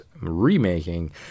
remaking